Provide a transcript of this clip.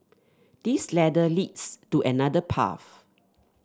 this ladder leads to another path